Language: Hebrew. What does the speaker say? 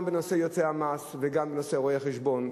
גם בנושא יועצי המס וגם בנושא רואי-החשבון,